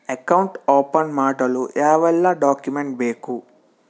Account open ಮಾಡಲು ಯಾವೆಲ್ಲ document ಬೇಕು?